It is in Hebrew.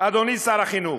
אדוני שר החינוך,